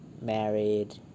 married